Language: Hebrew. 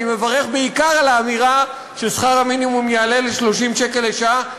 אני מברך בעיקר על האמירה ששכר המינימום יעלה ל-30 שקל לשעה,